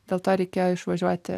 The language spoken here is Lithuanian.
dėl to reikėjo išvažiuoti